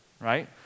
right